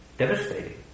Devastating